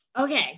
Okay